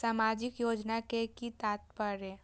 सामाजिक योजना के कि तात्पर्य?